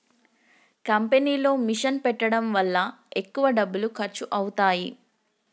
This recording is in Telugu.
కంపెనీలో మిషన్ పెట్టడం వల్ల ఎక్కువ డబ్బులు ఖర్చు అవుతాయి